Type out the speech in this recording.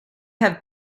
have